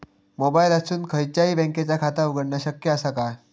मोबाईलातसून खयच्याई बँकेचा खाता उघडणा शक्य असा काय?